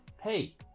hey